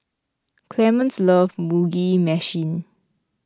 Clemens loves Mugi Meshi